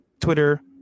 twitter